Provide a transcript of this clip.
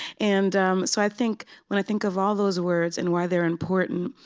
and so i think when i think of all those words and why they're important,